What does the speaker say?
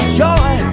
joy